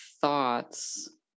thoughts